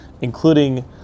including